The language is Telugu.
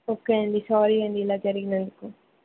ఓకే అండి సారీ అండి ఇలా జరిగినందుకు